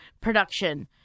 production